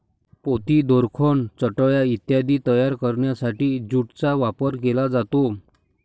पोती, दोरखंड, चटया इत्यादी तयार करण्यासाठी ज्यूटचा वापर केला जातो